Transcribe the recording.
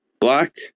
Black